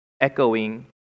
echoing